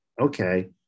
okay